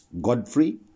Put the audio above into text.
Godfrey